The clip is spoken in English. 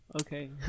okay